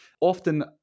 Often